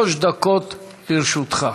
שלוש דקות לרשותך.